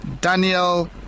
Daniel